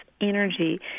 energy